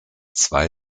zwei